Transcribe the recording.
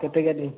କେତେ କେଜି